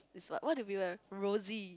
is what what do people have Rosie